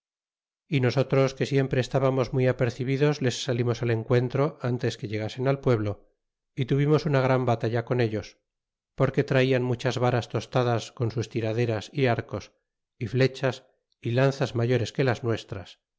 y nosotros que siempre estábamos muy apercebidos les salimos al encuentro antes que llegasen al pueblo y tuvimos una gran batalla con ellos porque tratan muchas varas tostadas con sus tiraderas y arcos y flechas y lanzas mayores que las nuestras